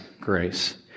grace